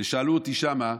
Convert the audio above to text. שאלו אותי שם,